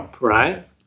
right